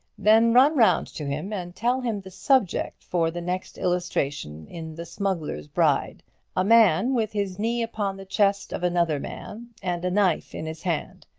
then run round to him, and tell him the subject for the next illustration in the smuggler's bride a man with his knee upon the chest of another man, and a knife in his hand.